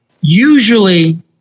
usually